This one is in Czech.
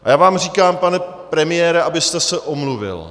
A já vám říkám, pane premiére, abyste se omluvil.